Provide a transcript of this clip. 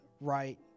right